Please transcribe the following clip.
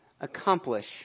accomplish